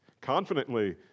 Confidently